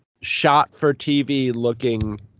shot-for-TV-looking